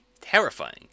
terrifying